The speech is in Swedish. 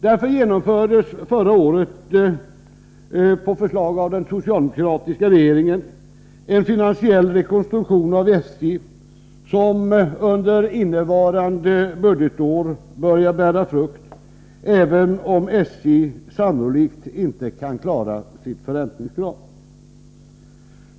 Därför genomfördes förra året, på förslag av den socialdemokratiska regeringen, en finansiell rekonstruktion av SJ som under innevarande budgetår börjar bära frukt, även om SJ sannolikt inte kan klara sitt förräntningskrav.